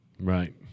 right